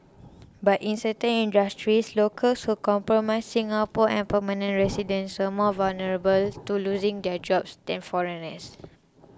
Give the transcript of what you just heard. but in certain industries locals who comprise Singapore and permanent residents were more vulnerable to losing their jobs than foreigners